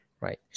right